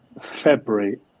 February